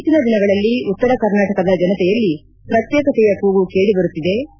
ಇತ್ತೀಚನ ದಿನಗಳಲ್ಲಿ ಉತ್ತರ ಕರ್ನಾಟಕದ ಜನತೆಯಲ್ಲಿ ಪ್ರತ್ಯೇಕತೆಯ ಕೂಗು ಕೇಳಬರುತ್ತಿದೆ